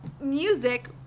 music